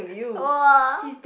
!wah!